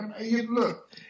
Look